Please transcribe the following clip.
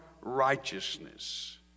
righteousness